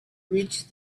reach